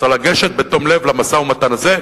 צריך לגשת בתום לב למשא-ומתן הזה,